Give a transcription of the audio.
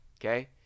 okay